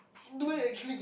strange